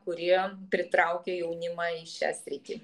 kurie pritraukia jaunimą į šią sritį